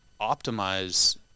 Optimize